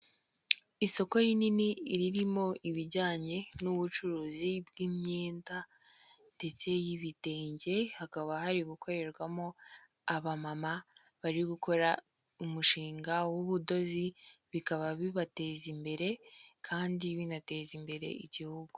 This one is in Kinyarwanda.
Isoko rinini ririmo ibijyanye n'ubucuruzi bw'imyenda ndetse y'ibitenge, hakaba hari gukorerwamo abamama bari gukora umushinga w'ubudozi, bikaba bibateza imbere kandi binateza imbere igihugu.